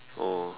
oh